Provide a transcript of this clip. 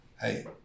hey